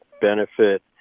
benefit